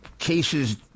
Cases